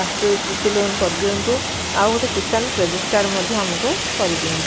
ଚାଷୀ କୃଷି ଲୋନ କରି ଦିଅନ୍ତୁ ଆଉ ଗୋଟେ କିଷାନ କ୍ରେଡ଼ିଟ କାର୍ଡ଼ ମଧ୍ୟ ଆମକୁ କରି ଦିଅନ୍ତୁ